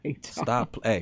Stop